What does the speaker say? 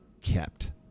Kept